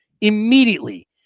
immediately